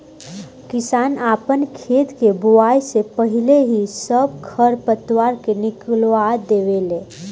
किसान आपन खेत के बोआइ से पाहिले ही सब खर पतवार के निकलवा देवे ले